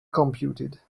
computed